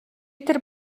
тэр